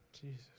Jesus